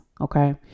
Okay